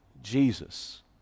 Jesus